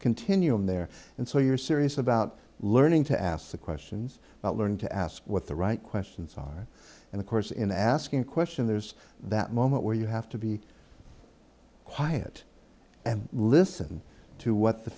continuum there and so you're serious about learning to ask the questions but learn to ask what the right questions on and of course in asking question there's that moment where you have to be quiet and listen to what the